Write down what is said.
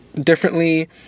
differently